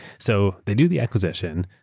so they do the acquisition.